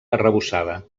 arrebossada